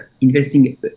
investing